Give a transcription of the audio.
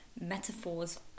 metaphors